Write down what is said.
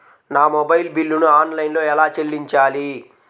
నా మొబైల్ బిల్లును ఆన్లైన్లో ఎలా చెల్లించాలి?